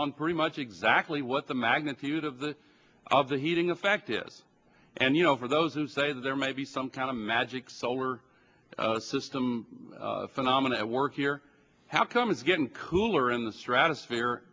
on pretty much exactly what the magnitude of the of the heating affected and you know for those who say that there may be some kind of magic solar system phenomena at work here how come it's getting cooler in the stratospher